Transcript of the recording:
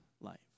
life